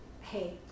hey